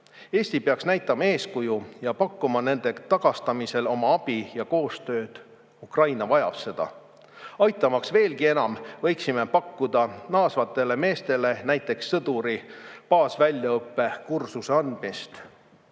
Eesti peaks näitama eeskuju ja pakkuma nende tagasi [saatmisel] oma abi ja koostööd. Ukraina vajab seda. Aitamaks veelgi enam, võiksime pakkuda naasvatele meestele näiteks sõduri baasväljaõppe kursust.